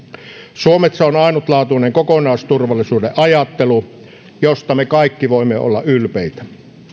suomessa on ainutlaatuinen kokonaisturvallisuuden ajattelu josta me kaikki voimme olla ylpeitä